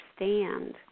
understand